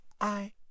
I